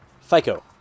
FICO